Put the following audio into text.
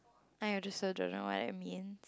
I also don't know what it means